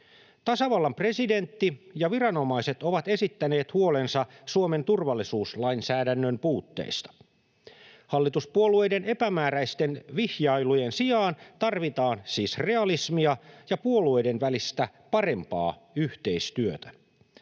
Tasavallan presidentti ja viranomaiset ovat esittäneet huolensa Suomen turvallisuuslainsäädännön puutteista. Hallituspuolueiden epämääräisten vihjailujen sijaan tarvitaan siis realismia ja puolueiden välistä parempaa yhteistyötä.